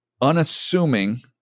unassuming